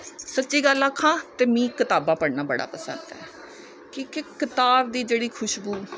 सच्ची गल्ल आखां ते मी कताबां पढ़ना बड़ा पसंद कि के किताब दी जेह्ड़ी खुशबू